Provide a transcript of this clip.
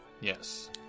Yes